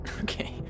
Okay